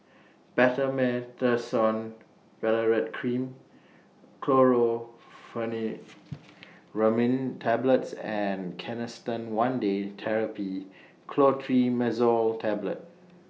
Betamethasone Valerate Cream Chlorpheniramine Tablets and Canesten one Day Therapy Clotrimazole Tablet